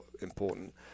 important